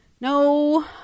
no